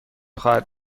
خواهد